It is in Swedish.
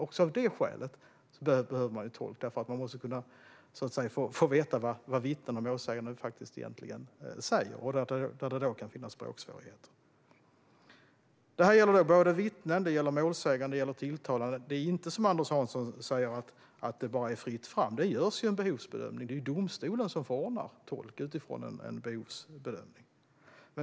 Också av detta skäl behövs tolkning, för man måste kunna få veta vad vittnen och målsägande egentligen säger när det finns språksvårigheter. Detta gäller såväl vittnen som målsägande och tilltalade. Det är inte som Anders Hansson säger, att det bara är fritt fram, utan det görs en behovsbedömning. Det är domstolen som förordnar tolk utifrån en sådan bedömning.